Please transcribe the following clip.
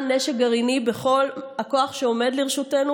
נשק גרעיני בכל הכוח שעומד לרשותנו,